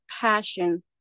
passion